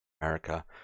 America